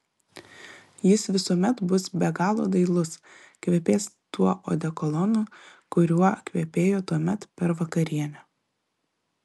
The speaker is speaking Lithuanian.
jis visuomet bus be galo dailus kvepės tuo odekolonu kuriuo kvepėjo tuomet per vakarienę